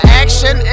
action